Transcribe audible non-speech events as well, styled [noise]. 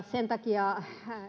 [unintelligible] sen takia